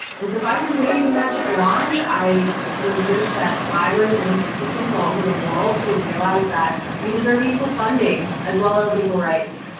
and so if i could wave a magic wand, i would wish that libraries and institutions all over the world would realize that we deserve equal funding as well as equal rights?